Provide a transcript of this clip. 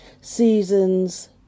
Seasons